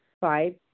Five